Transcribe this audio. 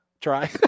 Try